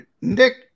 Nick